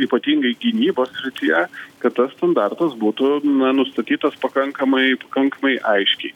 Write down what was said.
ypatingai gynybos srityje kad tas standartas būtų na nustatytas pakankamai pakankamai aiškiai